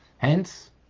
Hence